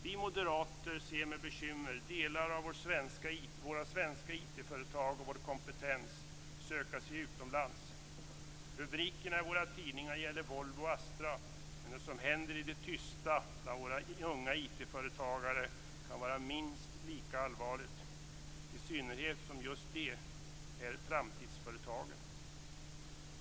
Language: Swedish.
Vi moderater ser med bekymmer delar av våra svenska IT-företag och vår kompetens söka sig utomlands. Rubrikerna i våra tidningar gäller Volvo och Astra. Men det som händer i det tysta bland våra unga IT företagare kan vara minst lika allvarligt. I synnerhet som just dessa företag är framtidsföretagen.